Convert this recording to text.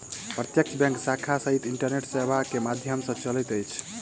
प्रत्यक्ष बैंक शाखा रहित इंटरनेट सेवा के माध्यम सॅ चलैत अछि